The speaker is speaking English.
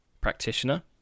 practitioner